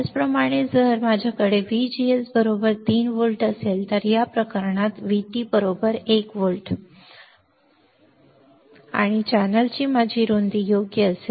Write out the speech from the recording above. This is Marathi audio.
त्याचप्रमाणे जर माझ्याकडे VGS 3 व्होल्ट असेल तर या प्रकरणात VT 1 व्होल्ट माझे जादा व्होल्टेज 2 व्होल्ट आणि चॅनेलची माझी रुंदी योग्य असेल